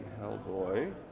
Hellboy